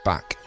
Back